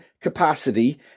capacity